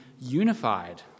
unified